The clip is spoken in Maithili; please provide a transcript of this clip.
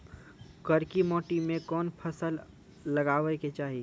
करकी माटी मे कोन फ़सल लगाबै के चाही?